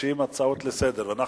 מבקשים הצעות לסדר-היום,